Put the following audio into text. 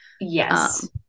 Yes